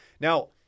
Now